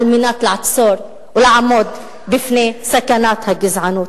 מנת לעצור ולעמוד בפני סכנת הגזענות.